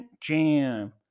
Jam